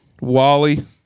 Wally